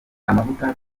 amavuta